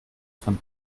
von